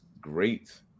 great